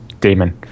daemon